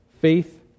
faith